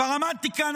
כבר עמדתי כאן,